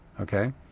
Okay